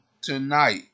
tonight